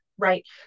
Right